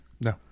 No